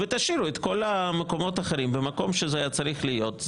את כל הדברים האחרים תשאירו במקום שזה צריך להיות.